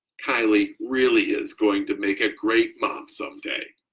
kylie really is going to make a great mom someday,